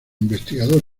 investigador